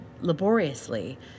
laboriously